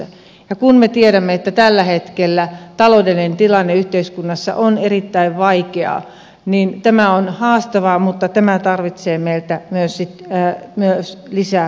ja kun me tiedämme että tällä hetkellä taloudellinen tilanne yhteiskunnassa on erittäin vaikea niin tämä on haastavaa mutta tarvitsee meiltä myös lisää panostuksia